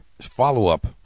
follow-up